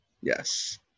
Yes